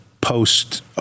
post